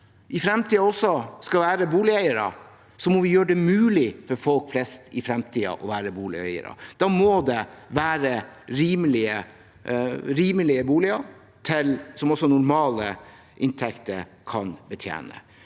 i fremtiden skal være boligeiere, må vi gjøre det mulig for folk flest i fremtiden å være boligeiere. Da må det være rimelige boliger som også normale inntekter kan betjene.